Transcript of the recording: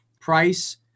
price